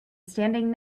standing